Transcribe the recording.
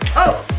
oh!